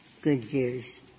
Goodyear's